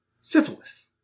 syphilis